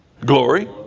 Glory